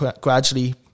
gradually